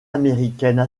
américaines